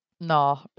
no